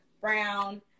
brown